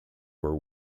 were